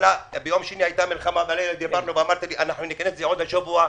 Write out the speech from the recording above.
ביום שני הייתה מלחמה ודיברנו ואמרת לי: אנחנו נכנס את זה עוד השבוע.